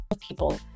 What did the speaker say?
people